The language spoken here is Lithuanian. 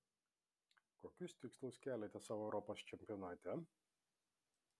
kokius tikslus keliate sau europos čempionate